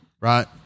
right